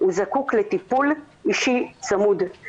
הוא זקוק לטיפול אישי צמוד.